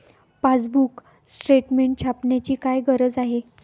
Passbook statement छापण्याची काय गरज आहे?